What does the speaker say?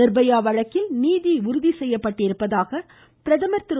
நிர்பயா வழக்கில் நீதி உறுதிசெய்யப்பட்டிருப்பதாக பிரதமர் திரு